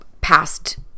past